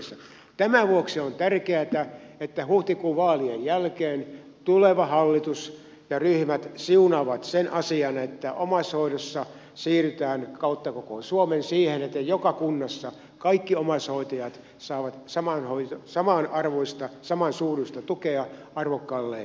tämän vuoksi on tärkeätä että huhtikuun vaalien jälkeen tuleva hallitus ja ryhmät siunaavat sen asian että omaishoidossa siirrytään kautta koko suomen siihen että joka kunnassa kaikki omais hoitajat saavat samanarvoista samansuuruista tukea arvokkaalle